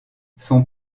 son